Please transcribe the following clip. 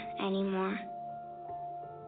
anymore